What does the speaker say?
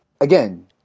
again